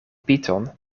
python